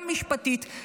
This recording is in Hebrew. גם משפטית,